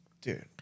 dude